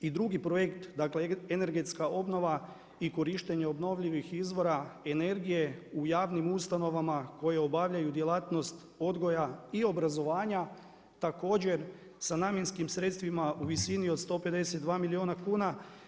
I drugi projekt, dakle energetska obnova i korištenje obnovljivih izvora energije u javnim ustanovama koje obavljaju djelatnost odgoja i obrazovanja također sa namjenskim sredstvima u visini od 152 milijuna kuna.